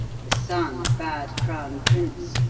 the son a bad crown-prince.